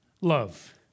love